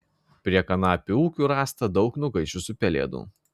prie kanapių ūkių rasta daug nugaišusių pelėdų